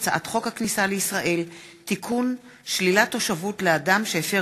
הצעת חוק הסדרים במשק המדינה (תיקוני חקיקה להשגת יעדי התקציב)